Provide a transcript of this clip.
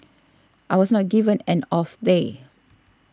I was not given an off day